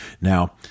Now